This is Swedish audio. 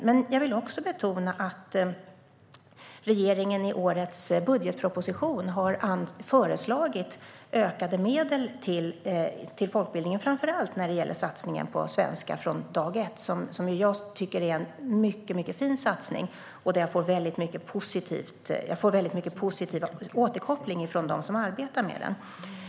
Men jag vill också betona att regeringen i årets budgetproposition har föreslagit ökade medel till folkbildningen, framför allt när det gäller satsningen på Svenska från dag ett. Det tycker jag är en mycket fin satsning, och jag får väldigt mycket positiv återkoppling från dem som arbetar med den.